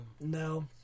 No